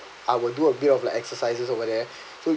I would do a bit of like exercises over there so